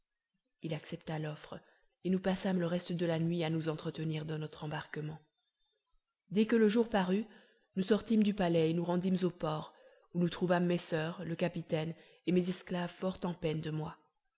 il accepta l'offre et nous passâmes le reste de la nuit à nous entretenir de notre embarquement dès que le jour parut nous sortîmes du palais et nous rendîmes au port où nous trouvâmes mes soeurs le capitaine et mes esclaves fort en peine de moi